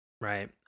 Right